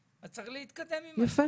אז צריך להתקדם עם זה כרגע.